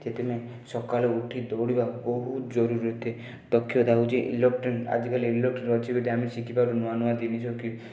ସେଥିପାଇଁ ସକାଳୁ ଉଠି ଦୌଡ଼ିବା ବହୁତ ଜରୁରୀ ହୋଇଥାଏ ଦକ୍ଷତା ହେଉଛି ଇଲେକ୍ଟ୍ରିକ୍ ଆଜିକାଲି ଇଲୋକ୍ଟ୍ରନିକ୍ ଅଛି ଆମେ ଶିଖିପାରୁନୁ ନୂଆ ନୂଆ ଜିନିଷ ବି